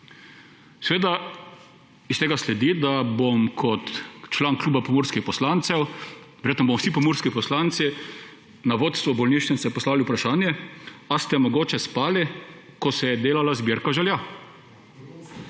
Seveda iz tega sledi, da bom kot član Kluba pomurskih poslancev, verjetno bomo vsi pomurski poslanci na vodstvo bolnišnice poslali vprašanje – Ali ste mogoče spali, ko se je delala zbirka želja?